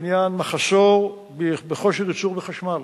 בעניין מחסור בכושר ייצור החשמל.